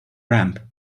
ramp